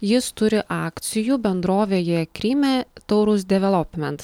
jis turi akcijų bendrovėje kryme taurus development